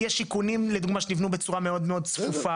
יש שיכונים, לדוגמא, שנבנו בצורה מאוד מאוד צפופה.